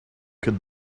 could